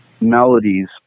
melodies